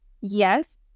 Yes